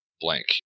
blank